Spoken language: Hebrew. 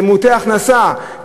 כמעוטי הכנסה,